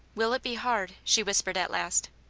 will it be hard she whispered at last.